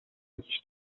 jakiś